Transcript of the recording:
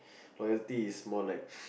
loyalty is more like